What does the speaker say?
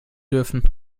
dürfen